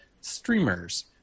Streamers